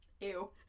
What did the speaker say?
Ew